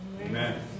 Amen